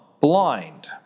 blind